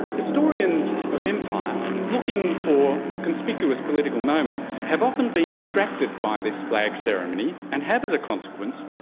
historians of empire, looking for conspicuous political moments, have often been distracted by this flag ceremony and have, as a consequence,